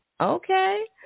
Okay